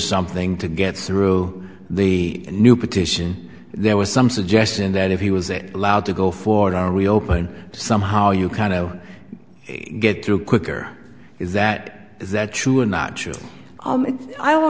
something to get through the new petition there was some suggestion that if he was it allowed to go for are we open somehow you kind of get through quicker is that is that true or not true